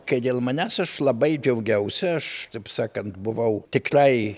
kai dėl manęs aš labai džiaugiausi aš taip sakant buvau tikrai